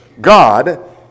God